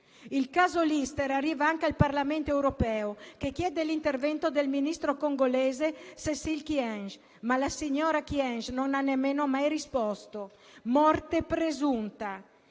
Il caso Lister arriva anche al Parlamento europeo che chiede l'intervento del ministro congolese Cécile Kyenge, ma la signora Kyenge non ha nemmeno mai risposto. Morte presunta.